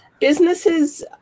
businesses